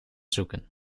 zoeken